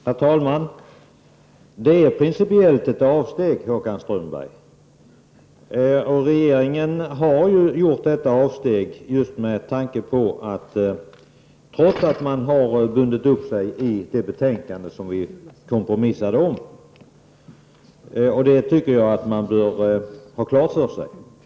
Herr talman! Detta innebär ett principiellt avsteg, Håkan Strömberg. Regeringen har gjort detta avsteg trots att den har bundit upp sig i det betänkande som vi kompromissade om. Det tycker jag att man bör ha klart för sig.